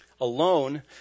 Alone